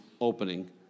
opening